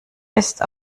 ist